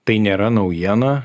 tai nėra naujiena